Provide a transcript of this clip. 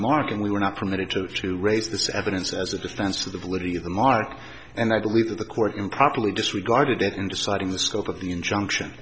mark and we were not permitted to to raise this evidence as a defense to the validity of the mark and i believe the court improperly disregarded it in deciding the scope of the injunction